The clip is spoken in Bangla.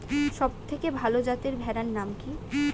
সবথেকে ভালো যাতে ভেড়ার নাম কি?